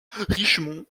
richmond